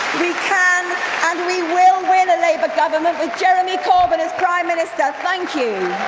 we can and we will win a labour government with jeremy corbyn as prime minister, thank you.